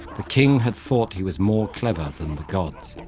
the king had thought he was more clever than the gods,